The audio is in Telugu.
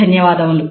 ధన్యవాదములు